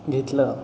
घेतलं